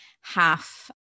half